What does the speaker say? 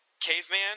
Caveman